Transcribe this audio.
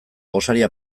gosaria